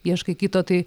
ieškai kito tai